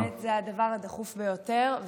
באמת זה הדבר הדחוף ביותר.